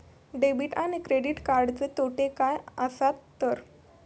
Debit आणि credit कार्डचे तोटे काय आसत तर?